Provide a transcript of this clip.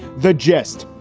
the gist.